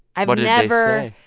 i've never.